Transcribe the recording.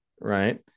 right